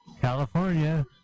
California